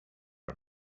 are